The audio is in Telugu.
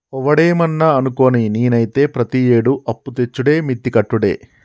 ఒవడేమన్నా అనుకోని, నేనైతే ప్రతియేడూ అప్పుతెచ్చుడే మిత్తి కట్టుడే